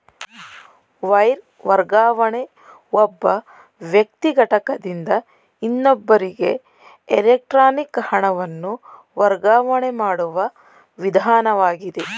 wire ವರ್ಗಾವಣೆ ಒಬ್ಬ ವ್ಯಕ್ತಿ ಘಟಕದಿಂದ ಇನ್ನೊಬ್ಬರಿಗೆ ಎಲೆಕ್ಟ್ರಾನಿಕ್ ಹಣವನ್ನು ವರ್ಗಾವಣೆ ಮಾಡುವ ವಿಧಾನವಾಗಿದೆ